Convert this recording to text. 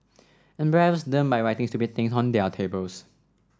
embarrass them by writing stupid things on their tables